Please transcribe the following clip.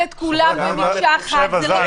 את כולם כמקשה אחת --- חברת הכנסת שי וזאן.